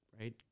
right